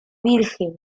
virgen